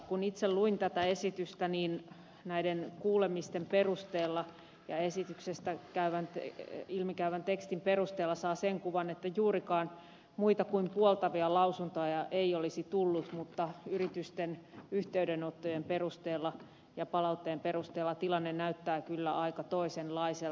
kun itse luin tätä esitystä niin näiden kuulemisten perusteella ja esityksestä ilmi käyvän tekstin perusteella saa sen kuvan että juurikaan muita kuin puoltavia lausuntoja ei olisi tullut mutta yritysten yhteydenottojen perusteella ja palautteen perusteella tilanne näyttää kyllä aika toisenlaiselta